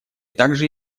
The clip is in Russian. также